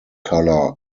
colour